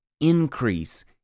increase